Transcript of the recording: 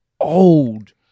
old